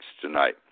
tonight